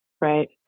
Right